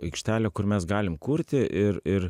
aikštelė kur mes galim kurti ir ir